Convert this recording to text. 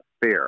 fair